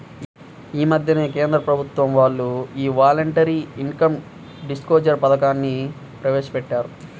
యీ మద్దెనే కేంద్ర ప్రభుత్వం వాళ్ళు యీ వాలంటరీ ఇన్కం డిస్క్లోజర్ పథకాన్ని ప్రవేశపెట్టారు